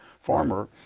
farmer